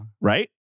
Right